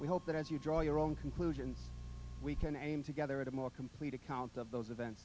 we hope that as you draw your own conclusions we can aim together at a more complete account of those events